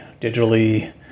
digitally